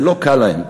זה לא קל להן.